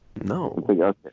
No